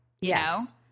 Yes